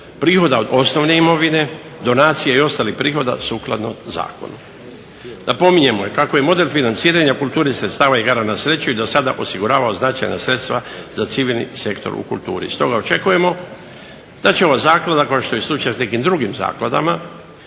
prihoda od osnovne imovine, donacije i ostalih prihoda sukladno zakonu. Napominjemo, kako je model financiranje kulturi sredstava igara na sreću do sada osiguravao značajna sredstva za civilni sektor u kulturi, stoga očekujemo da će ova zaklada kao što je slučaj s nekim drugim zakladama